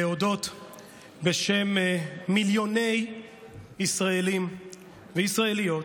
להודות בשם מיליוני ישראלים וישראליות